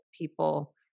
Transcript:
people